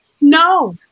No